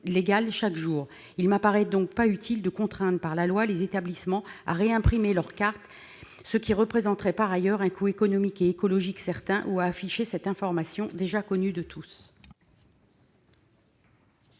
Il ne paraît donc pas utile de contraindre par la loi les établissements à réimprimer leur carte, ce qui représenterait par ailleurs un coût économique et écologique certain, ou à afficher cette information déjà connue de tous.